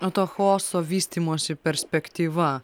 o to chaoso vystymosi perspektyva